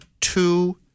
two